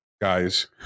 guys